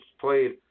played